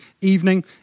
evening